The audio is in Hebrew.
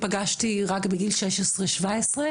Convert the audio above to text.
פגשתי רק בגיל 16-17,